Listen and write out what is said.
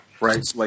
right